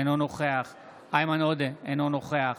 אינו נוכח איימן עודה, אינו נוכח